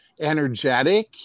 energetic